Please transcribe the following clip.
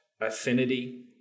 Affinity